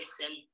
listen